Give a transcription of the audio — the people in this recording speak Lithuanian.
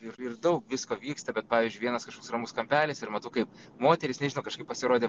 ir ir daug visko vyksta bet pavyzdžiui vienas kažkoks ramus kampelis ir matau kaip moteris nežinau kažkaip pasirodė